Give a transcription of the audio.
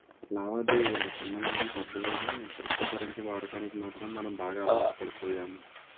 లావాదేవిలు చిన్నవయినా పెద్దవయినా క్రిప్టో కరెన్సీ వాడకానికి మాత్రం మనం బాగా అలవాటుపడిపోయాము